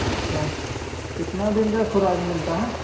अच्छा कितने दिन की ख़ुराक मिलती है